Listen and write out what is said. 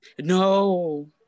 no